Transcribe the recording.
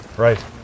Right